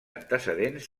antecedents